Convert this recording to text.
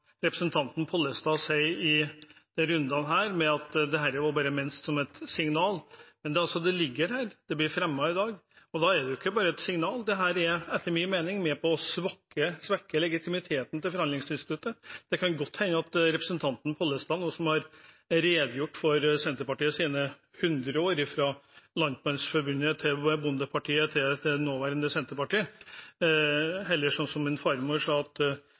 representanten Pollestad sier i rundene her om at dette bare var ment som et signal. Men det ligger her, det blir fremmet i dag, og da er det jo ikke bare et signal. Dette er etter min mening med på å svekke legitimiteten til forhandlingsinstituttet. Representanten Pollestad har redegjort for partiets 100 år, fra Landmandsforbundet til Bondepartiet til det nåværende Senterpartiet. Som min farmor sa det: Det er jo interessant at